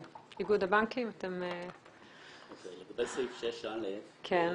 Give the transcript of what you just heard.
לגבי סעיף 6(א)(2)